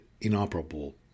inoperable